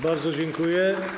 Bardzo dziękuję.